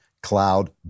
Cloud